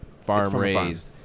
farm-raised